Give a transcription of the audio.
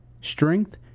Strength